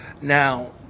Now